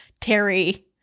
Terry